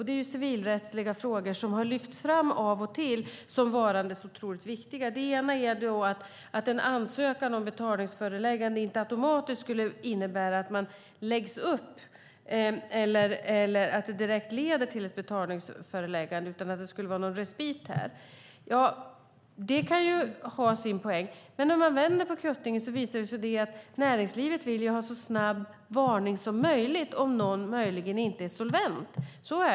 Det är civilrättliga frågor som har lyfts fram av och till som varande otroligt viktiga. Det ena är att en ansökan om betalningsföreläggande inte automatiskt skulle innebära att man läggs upp eller att det direkt leder till ett betalningsföreläggande, utan det skulle vara någon respit. Det kan ha sin poäng. Men när vi vänder på kuttingen visar det sig att näringslivet vill ha så snabb varning som möjligt om någon möjligen inte är solvent.